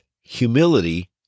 Humility